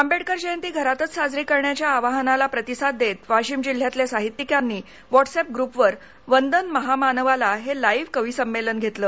आंबेडकर जयती घरातच साजरी करण्याच्या आवाहनाला प्रतिसाद देत वाशीम जिल्ह्यातल्या साहित्यिकांनी व्हॉट्सएप ग्रूपवर वंदन महामानवाला हे लाइव्ह कविसंमेलन घेतलं